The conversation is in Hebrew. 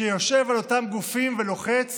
שיושב על אותם גופים ולוחץ